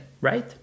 right